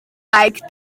cymraeg